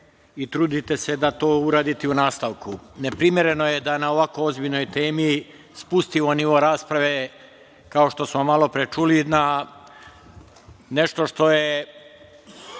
i trudite se da to uradite i u nastavku. Neprimereno je da na ovako ozbiljnoj temi spustimo nivo rasprave, kao što smo malopre čuli, na nešto što je